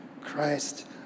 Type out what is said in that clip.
Christ